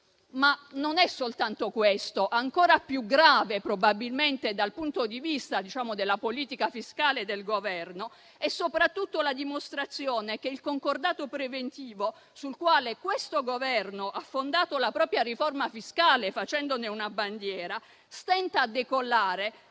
ma non è soltanto questo. Ancora più grave, probabilmente, dal punto di vista della politica fiscale del Governo, è soprattutto la dimostrazione che il concordato preventivo sul quale questo Governo ha fondato la propria riforma fiscale, facendone una bandiera, stenta a decollare